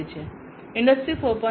industry 4